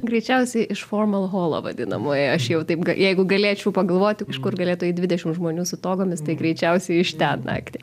greičiausiai iš formal holo vadinamojo aš jau taip jeigu galėčiau pagalvoti kažkur galėtų į dvidešimt žmonių su togomis tai greičiausiai iš ten naktį